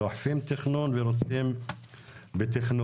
דוחפים תכנון ורוצים בתכנון.